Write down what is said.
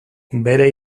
bere